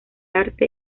arte